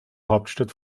hauptstadt